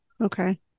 Okay